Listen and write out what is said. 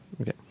Okay